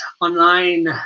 online